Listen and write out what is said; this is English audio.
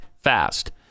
fast